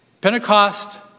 Pentecost